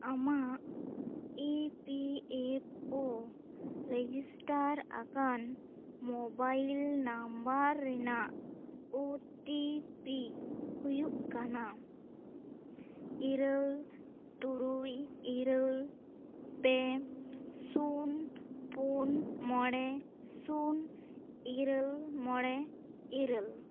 ᱟᱢᱟᱜ E P F O register ᱟᱠᱟᱱ mobile number ᱨᱮᱱᱟᱜ ᱳ ᱴᱤ ᱯᱤ ᱦᱩᱭᱩᱜ ᱠᱟᱱᱟ ᱤᱨᱟᱹᱞ ᱛᱩᱨᱩᱭ ᱤᱨᱟᱹᱞ ᱯᱮ ᱥᱩᱱ ᱯᱩᱱ ᱢᱚᱬᱮ ᱥᱩᱱ ᱤᱨᱟᱹᱞ ᱢᱚᱬᱮ ᱤᱨᱟᱹᱞ